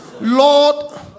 Lord